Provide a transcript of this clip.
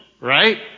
right